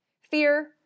Fear